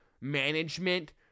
management